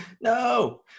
no